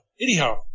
anyhow